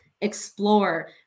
explore